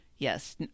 Yes